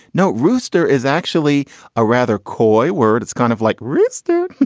no. rooster is actually a rather coy word. it's kind of like rooster.